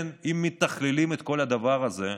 אם מתכללים את כל הדבר הזה,